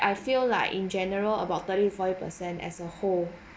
I feel like in general about thirty forty per cent as a whole